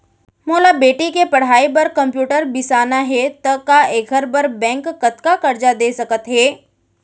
मोला बेटी के पढ़ई बार कम्प्यूटर बिसाना हे त का एखर बर बैंक कतका करजा दे सकत हे?